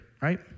right